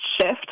Shift